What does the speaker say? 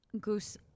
goose